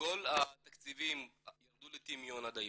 וכל התקציבים ירדו לטמיון עד היום,